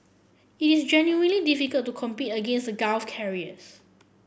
it is genuinely difficult to compete against the Gulf carriers